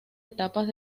etapas